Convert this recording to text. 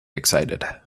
excited